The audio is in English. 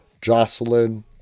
Jocelyn